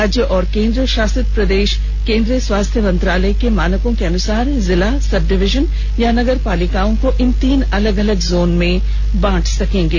राज्य और केंद्रषासित प्रदेष केंद्रीय स्वास्थ्य मंत्रालय के मानकों के अनुसार जिला सब डिवीजन या नगर पालिकाओं को इन तीन अलग अलग जोन में बांट सकेंगे